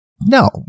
No